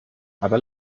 aber